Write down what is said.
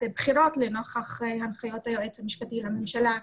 בחירות לנוכח בחירת היועץ המשפטי לממשלה,